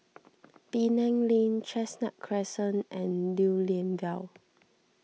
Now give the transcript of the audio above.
Penang Lane Chestnut Crescent and Lew Lian Vale